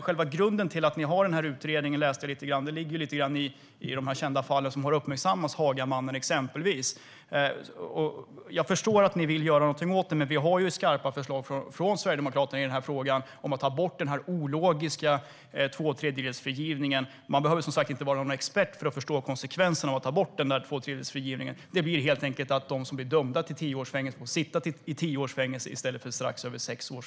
Själva grunden till er utredning ligger i kända fall som har uppmärksammats, exempelvis Hagamannen. Jag förstår att ni vill göra något åt det, men Sverigedemokraterna har redan skarpa förslag om att ta bort den ologiska tvåtredjedelsfrigivningen. Man behöver som sagt inte vara expert för att förstå konsekvensen av att ta bort tvåtredjedelsfrigivningen. Den blir helt enkelt att de som är dömda till tio års fängelse får sitta i tio år i stället för i strax över sex år.